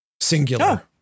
Singular